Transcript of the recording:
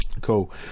cool